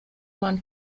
man